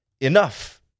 enough